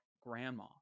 grandma